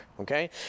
Okay